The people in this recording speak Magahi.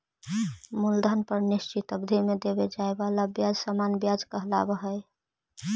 मूलधन पर निश्चित अवधि में देवे जाए वाला ब्याज सामान्य व्याज कहलावऽ हई